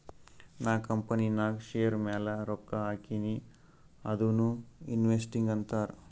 ನಾ ಕಂಪನಿನಾಗ್ ಶೇರ್ ಮ್ಯಾಲ ರೊಕ್ಕಾ ಹಾಕಿನಿ ಅದುನೂ ಇನ್ವೆಸ್ಟಿಂಗ್ ಅಂತಾರ್